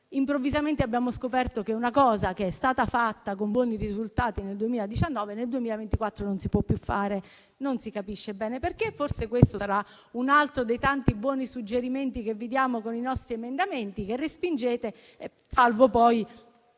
Improvvisamente, abbiamo scoperto che una cosa che è stata fatta con buoni risultati nel 2019, nel 2024 non si può più fare. Non si capisce bene perché. Forse questo sarà un altro dei tanti buoni suggerimenti che vi diamo con i nostri emendamenti, che respingete, salvo poi